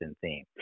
theme